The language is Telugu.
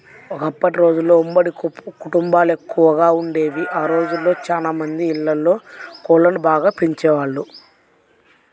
ఒకప్పటి రోజుల్లో ఉమ్మడి కుటుంబాలెక్కువగా వుండేవి, ఆ రోజుల్లో చానా మంది ఇళ్ళల్లో కోళ్ళను బాగా పెంచేవాళ్ళు